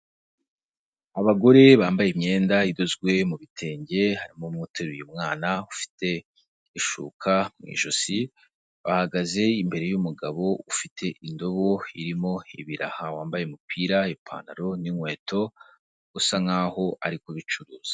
Abagore bambaye imyenda idozwe mu bitenge, harimo umwe uteruye umwana, ufite ishuka mu ijosi, bahagaze imbere y'umugabo ufite indobo irimo ibiraha, wambaye umupira, ipantaro n'inkweto, usa nkaho ari kubicuruza.